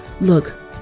Look